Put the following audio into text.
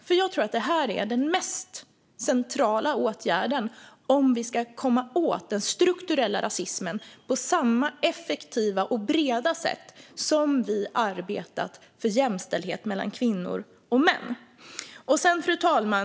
Jag tror nämligen att det här är den mest centrala åtgärden om vi ska komma åt den strukturella rasismen på samma effektiva och breda sätt som vi har arbetat för jämställdhet mellan kvinnor och män. Fru talman!